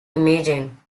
imaging